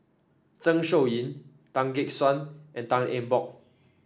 Zeng Shouyin Tan Gek Suan and Tan Eng Bock